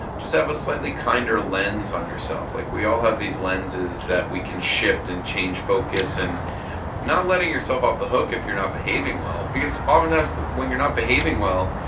just have a slightly kinder lens on yourself. like, we all have these lenses that we can shift and change focus and not letting yourself off the hook if you're not behaving well because oftentimes when you're not behaving well,